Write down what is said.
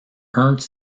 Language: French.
ernst